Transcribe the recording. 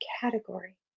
category